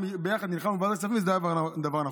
ביחד נלחמנו, וזה היה דבר נכון.